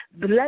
Let